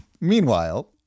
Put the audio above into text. Meanwhile